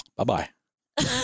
Bye-bye